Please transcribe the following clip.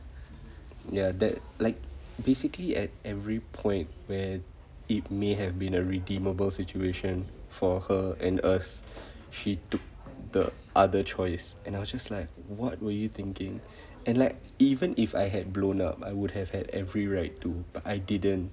ya that like basically at every point where it may have been a redeemable situation for her and us she took the other choice and I was just like what were you thinking and like even if I had blown up I would have had every right to but I didn't